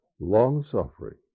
long-suffering